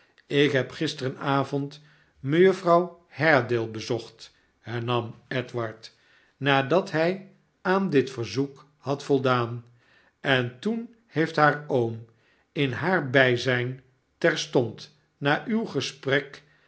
ik heb gisterenavond mejuffer haredale bezocht hernam edward nadat hij aan dit verzoek had voldaan en toen heeft haar oom in haar bijzijn terstond na uw gesprek